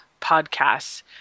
podcasts